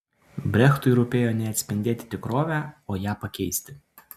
brechtui rūpėjo ne atspindėti tikrovę o ją pakeisti